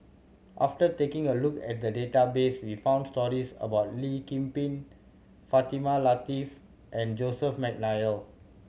after taking a look at the database we found stories about Lee Kip Lin Fatimah Lateef and Joseph McNally